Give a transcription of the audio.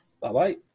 Bye-bye